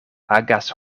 agas